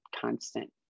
constant